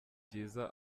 byiza